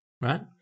right